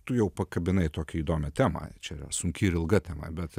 tu jau pakabinai tokią įdomią temą čia yra sunki ir ilga tema bet